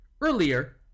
Earlier